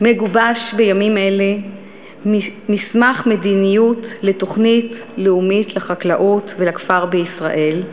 מגובש בימים אלה מסמך מדיניות לתוכנית לאומית לחקלאות ולכפר בישראל.